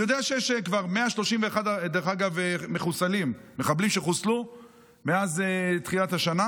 אני יודע שיש כבר 131 מחבלים שחוסלו מאז תחילת השנה,